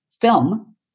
film